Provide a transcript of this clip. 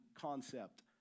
concept